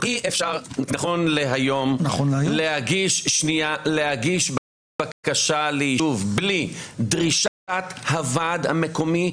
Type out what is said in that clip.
אי אפשר נכון להיום להגיש בקשה ליישוב בלי דרישת הוועד המקומי.